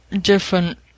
different